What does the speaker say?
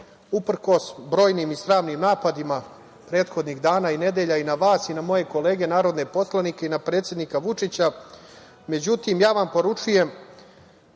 Uprkos brojnim i sramnim napadima prethodnih dana i nedelja i na vas i na moje kolege narodne poslanike i na predsednika Vučića, ja vam poručujem,